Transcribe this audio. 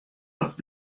docht